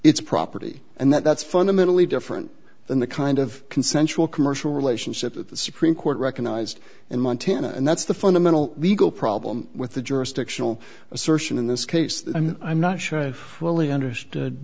its property and that's fundamentally different than the kind of consensual commercial relationship that the supreme court recognized in montana and that's the fundamental legal problem with the jurisdictional assertion in this case i mean i'm not sure i've really understood